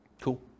Cool